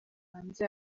hanze